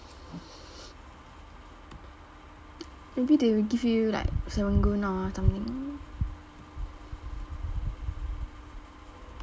maybe they will give you like serangoon or something